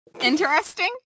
Interesting